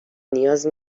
نیاز